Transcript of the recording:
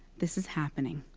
this is happening.